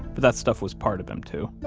but that stuff was part of him, too